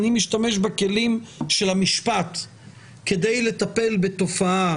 אני משתמשת בכלים של המשפט כדי לטפל בתופעה